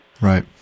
Right